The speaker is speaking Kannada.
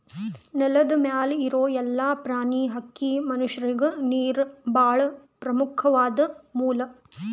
ನೆಲದ್ ಮ್ಯಾಲ್ ಇರೋ ಎಲ್ಲಾ ಪ್ರಾಣಿ, ಹಕ್ಕಿ, ಮನಷ್ಯರಿಗ್ ನೀರ್ ಭಾಳ್ ಪ್ರಮುಖ್ವಾದ್ ಮೂಲ